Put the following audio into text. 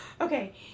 Okay